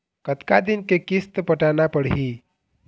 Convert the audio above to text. कतका दिन के किस्त पटाना पड़ही?